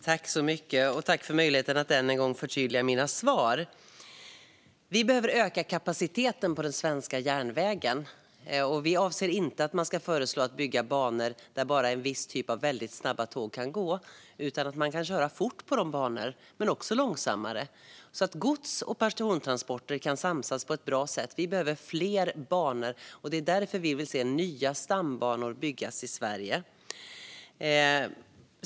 Herr talman! Tack för möjligheten att än en gång förtydliga mina svar! Vi behöver öka kapaciteten på den svenska järnvägen. Vi avser inte att föreslå att man ska bygga banor där bara en viss typ av väldigt snabba tåg kan gå. Vi pratar om banor där man kan köra fort, men också långsammare, så att gods och persontransporter kan samsas på ett bra sätt. Vi behöver fler banor, och det är därför vi vill se nya stambanor byggas i Sverige.